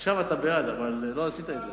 עכשיו אתה בעד, אבל לא עשית את זה.